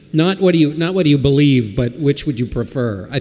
not what do you not what do you believe? but which would you prefer? ah